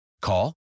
Call